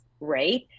Right